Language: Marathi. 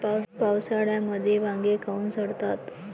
पावसाळ्यामंदी वांगे काऊन सडतात?